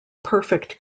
perfect